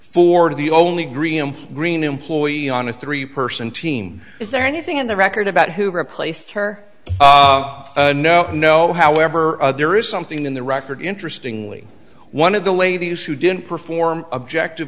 for the only green green employee on a three person team is there anything in the record about who replaced her no no however there is something in the record interesting lee one of the ladies who didn't perform objective